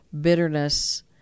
bitterness